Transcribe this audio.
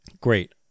Great